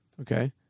Okay